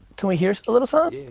can we hear a little something?